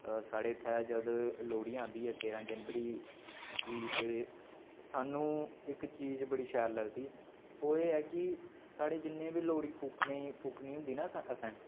साढ़े इत्थे जद् लोह्ड़ी आंदी ऐ तेरां जनबरी गी ते सानूं इक चीज बड़ी शैल लगदी ओह् ऐ कि लोह्ड़ी फूकनी फूकनी होंदी ना असें